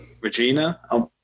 Regina